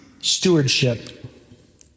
stewardship